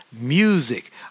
music